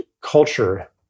culture